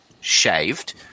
shaved